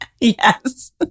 Yes